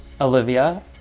Olivia